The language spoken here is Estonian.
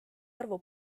arvu